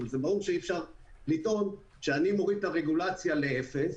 זה ברור שאי-אפשר לטעון שאני מוריד את הרגולציה לאפס,